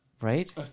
right